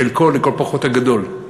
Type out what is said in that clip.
חלקו, לכל הפחות, הגדול,